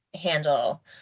handle